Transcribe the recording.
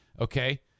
okay